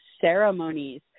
ceremonies